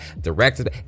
directed